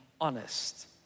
honest